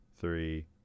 three